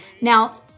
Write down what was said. Now